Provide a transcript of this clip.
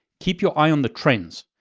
keep your eye on the trends.